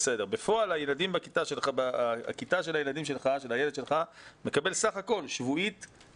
בפועל הילדים בכיתה של הילדים שלך מקבלים בסך הכול בשבוע 30